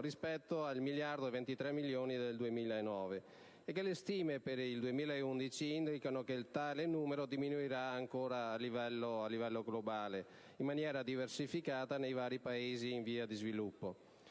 rispetto al miliardo e 23 milioni del 2009, e le stime per il 2011 indicano che tale numero diminuirà ancora a livello globale, in maniera diversificata nei vari Paesi in via di sviluppo.